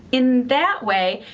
in that way,